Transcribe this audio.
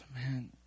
man